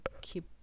keep